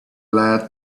lead